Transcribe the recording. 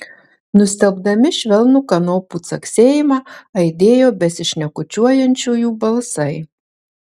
nustelbdami švelnų kanopų caksėjimą aidėjo besišnekučiuojančiųjų balsai